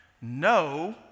no